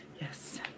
Yes